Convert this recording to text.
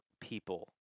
people